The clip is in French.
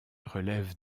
relève